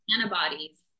antibodies